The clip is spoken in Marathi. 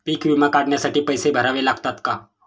पीक विमा काढण्यासाठी पैसे भरावे लागतात का?